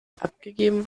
abgegeben